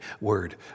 word